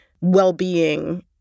well-being